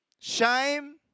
shame